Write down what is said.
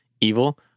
evil